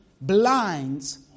blinds